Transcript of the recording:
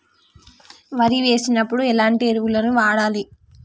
వరి వేసినప్పుడు ఎలాంటి ఎరువులను వాడాలి?